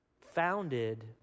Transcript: founded